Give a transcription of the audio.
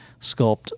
sculpt